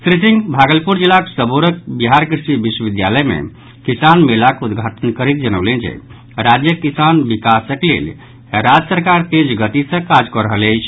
श्री सिंह भागलपुर जिलाक सबौरक बिहार कृ षि विश्वविद्यालय मे किसान मेलाक उद्घाटन करैत जनौलनि जे राज्यक किसानक विकासक लेल राज्य सरकार तेज गति सॅ काज कऽ रहल अछि